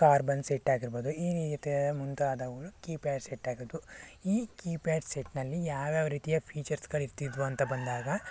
carbon set ಆಗಿರ್ಬೋದು ಈ ರೀತಿ ಮುಂತಾದವುಗಳು ಕೀಪ್ಯಾಡ್ ಸೆಟ್ ಆಗಿದ್ದವು ಈ ಕೀಪ್ಯಾಡ್ ಸೆಟ್ನಲ್ಲಿ ಯಾವ್ಯಾವ ರೀತಿಯ ಫೀಚರ್ಸ್ಗಳಿರ್ತಿದ್ವು ಅಂತ ಬಂದಾಗ